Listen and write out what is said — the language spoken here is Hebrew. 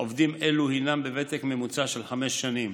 עובדים אלה הינם בוותק ממוצע של חמש שנים.